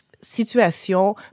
situation